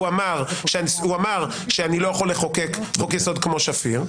הוא אמר שאני לא יכול לחוקק חוק יסוד כמו שפיר,